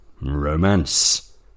Romance